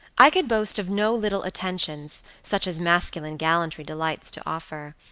i could boast of no little attentions such as masculine gallantry delights to offer.